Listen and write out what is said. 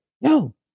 yo